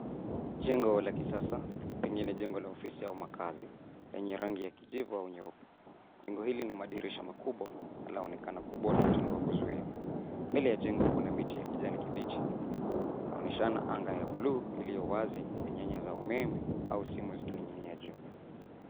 Jengo la kisasa lenye lina jengo la ofisi au makazi lenye rangi ya kijivu au nyeupe. Jengo hili lina madirisha makubwa laonekana kubwa la mtindo wa kuzuia. Mbele ya jengo kuna miti ya kijani kibichi laoneshana angaa ya buluu iliyo wazi na nyaya za umeme au simu zikining'inia juu.